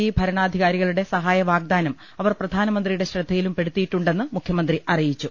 E ഭരണാധികാരികളുടെ സഹായവാഗ്ദാനം അവർ പ്രധാനമന്ത്രിയുടെ ശ്രദ്ധയിലും പെടു ത്തിയിട്ടുണ്ടെന്ന് മുഖ്യമന്ത്രി അറിയിച്ചു